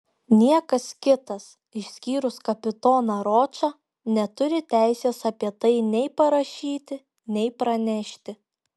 niekas kitas išskyrus kapitoną ročą neturi teisės apie tai nei parašyti nei pranešti